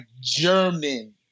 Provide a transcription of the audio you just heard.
German